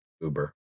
Uber